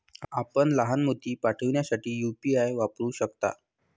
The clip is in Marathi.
आपण लहान मोती पाठविण्यासाठी यू.पी.आय वापरू शकता